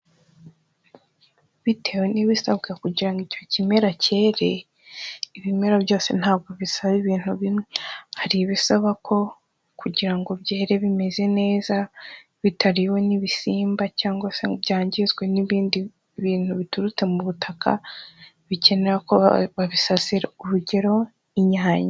Bitewe n'ibisabwa kugira ngo icyo kimera cyere, ibimera byose ntabwo bisaba ibintu bimwe. Hari ibisaba ko kugira ngo byere bimeze neza bitariwe n'ibisimba cyangwa se ngo byangizwe n'ibindi bintu biturutse mu butaka, bikenera ko babisasira urugero inyanya.